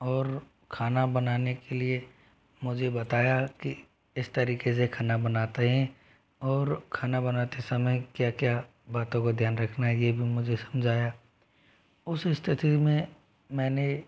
और खाना बनाने के लिए मुझे बताया कि इस तरीके से खाना बनाते हैं और खाना बनाते समय क्या क्या बातों को ध्यान रखना है यह भी मुझे समझाया उस स्थिति में मैंने